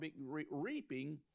reaping